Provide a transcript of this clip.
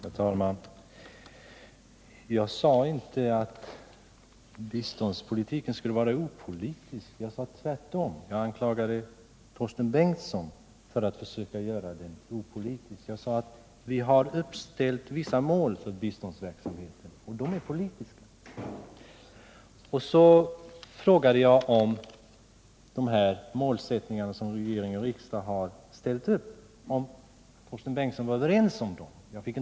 Herr talman! Jag sade inte att biståndspolitiken skulle vara opolitisk. Jag sade tvärtom. Jag anklagade Torsten Bengtson för att försöka göra den opolitisk. Jag sade att vi har uppställt vissa mål för biståndsverksamheten och de är politiska. Jag frågade om Torsten Bengtson ansluter sig till de målsättningar som regering och riksdag har ställt upp. Jag fick dock inget svar på den frågan.